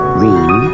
green